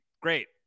great